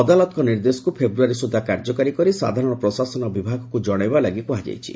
ଅଦାଲତଙ୍କ ନିର୍ଦ୍ଦେଶକୁ ଫେବୃୟାରୀ ସୁଦ୍ଧା କାର୍ଯ୍ୟକାରୀ କରି ସାଧାରଶ ପ୍ରଶାସନ ବିଭାଗକୁ ଜଶାଇବା ଲାଗି କୁହାଯାଇଛି